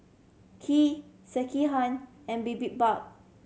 Kheer Sekihan and Bibimbap